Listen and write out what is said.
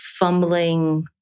fumbling